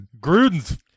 Gruden's